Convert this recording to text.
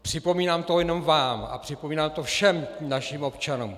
Připomínám to nejenom vám, ale připomínám to všem našim občanům.